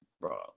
bro